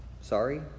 sorry